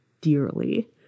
dearly